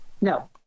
No